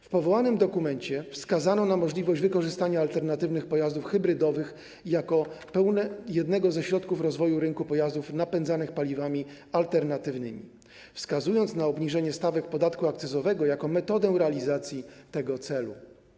W powołanym dokumencie wskazano na możliwość wykorzystania alternatywnych pojazdów hybrydowych jako jednego ze środków rozwoju rynku pojazdów napędzanych paliwami alternatywnymi, wskazując na obniżenie stawek podatku akcyzowego jako metodę realizacji tego celu.